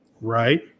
Right